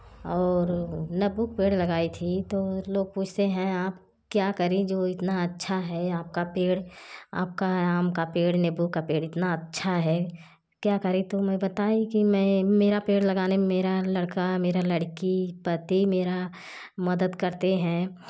और नीम्बू पेड़ लगाई थी तो लोग पूछते हैं आप क्या करें जो इतना अच्छा है आपका पेड़ आपका आम का पेड़ नीम्बू का पेड़ इतना अच्छा है क्या करी तो मैं बताई कि मैं मेरा पेड़ लगाने में मेरा लड़का मेरा लड़की पति मेरा मदद करते हैं